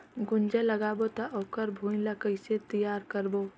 गुनजा लगाबो ता ओकर भुईं ला कइसे तियार करबो?